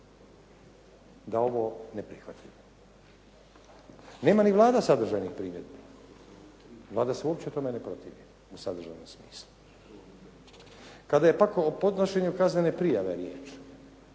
da ovo ne prihvatimo. Nema ni Vlada sadržajnih primjedbi, Vlada se uopće tome ne protivi u sadržajnom smislu. Kada je pak o podnošenju kaznene prijave riječ